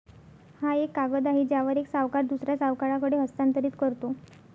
हा एक कागद आहे ज्यावर एक सावकार दुसऱ्या सावकाराकडे हस्तांतरित करतो